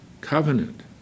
covenant